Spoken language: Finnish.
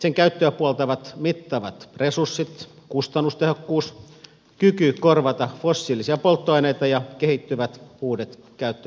sen käyttöä puoltavat mittavat resurssit kustannustehokkuus kyky korvata fossiilisia polttoaineita ja kehittyvät uudet käyttömuodot